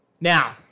Now